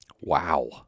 Wow